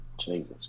Jesus